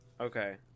okay